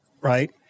Right